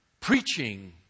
Preaching